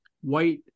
white